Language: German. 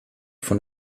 von